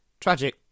Tragic